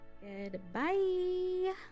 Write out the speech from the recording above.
Goodbye